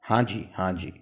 हाँ जी हाँ जी